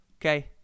okay